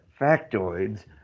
factoids